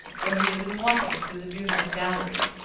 where he had been walking through the beautiful gallery.